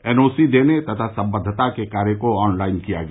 NOC देने तथा संबंद्वता के कार्य को ऑनलाइन किया गया